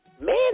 man